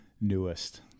newest